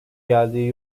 geldiği